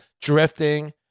Drifting